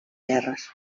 terres